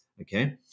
Okay